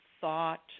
thought